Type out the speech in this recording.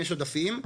יש עודפים,